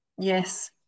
Yes